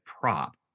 prop